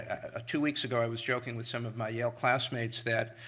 ah two weeks ago i was joking with some of my male classmates that,